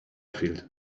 field